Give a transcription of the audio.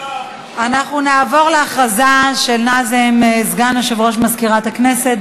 אנחנו נעבור להכרזה של נאזם, סגן מזכירת הכנסת.